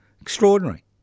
Extraordinary